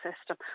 system